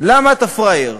למה אתה פראייר?